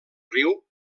riu